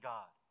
God